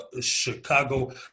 Chicago